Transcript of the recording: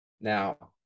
Now